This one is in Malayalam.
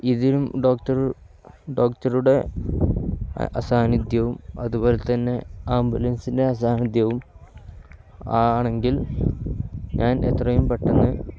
ഇതിനും ഡോക്ടർ ഡോക്ടറുടെ അസാന്നിധ്യവും അതുപോലെ തന്നെ ആംബുലൻസിൻ്റെ അസാന്നിധ്യവും ആണെങ്കിൽ ഞാൻ എത്രയും പെട്ടെന്ന്